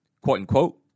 quote-unquote